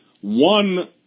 One